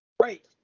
Right